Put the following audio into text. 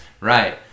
Right